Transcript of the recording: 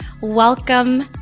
Welcome